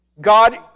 God